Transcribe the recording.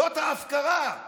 זאת ההפקרה.